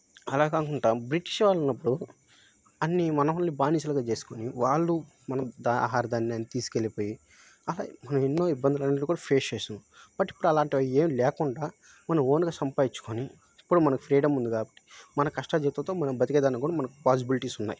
అలా కాకుంటా బ్రిటీష్ వాళ్ళున్నప్పుడు అన్నీ మనల్ని బానిసలుగా చేసుకోని వాళ్ళు మన ద ఆహార ధాన్యాన్ని తీసుకెళ్ళిపోయి అలా మనం ఎన్నో ఇబ్బందులు అనేటివి కూడా ఫేస్ చేసాం బట్ ఇప్పుడు అలాంటివి అయ్యేం లేకుండా మనం ఓన్గా సంపాయిచ్చుకొని ఇప్పుడు మనకు ఫ్రీడముంది కాబట్టి మన కష్టార్జితంతో మనం బతికేదానిక్కూడా మనకు పాజిబిలిటీస్ ఉన్నాయ్